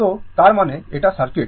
তো তার মানে এটা সার্কিট